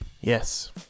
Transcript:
Yes